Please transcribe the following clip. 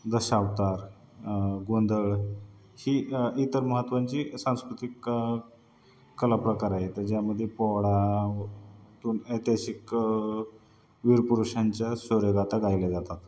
दशावतार गोंधळ ही इतर महत्वाची सांस्कृतिक कलाप्रकार आहे त्याच्यामध्ये पोवाडातून ऐतिहासिक वीरपुरुषांच्या शौर्यगाथा गायल्या जातात